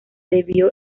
debió